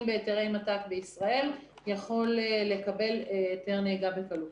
בהיתרי מת"ק בישראל יכול לקבל היתר נהיגה בקלות.